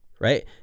right